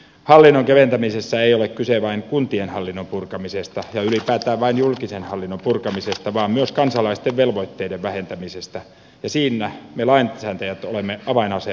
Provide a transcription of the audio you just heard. hallinnon keventämisessä ei ole kyse vain kuntien hallinnon purkamisesta ja ylipäätään vain julkisen hallinnon purkamisesta vaan myös kansalaisten velvoitteiden vähentämisestä ja siinä me lainsäätäjät olemme avainasemassa